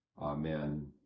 Amen